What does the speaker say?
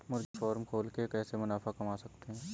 मुर्गी फार्म खोल के कैसे मुनाफा कमा सकते हैं?